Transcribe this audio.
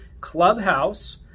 Clubhouse